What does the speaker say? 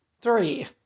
Three